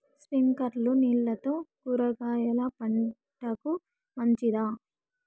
స్ప్రింక్లర్లు నీళ్లతో కూరగాయల పంటకు మంచిదా?